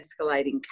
escalating